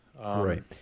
Right